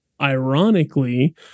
ironically